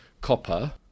copper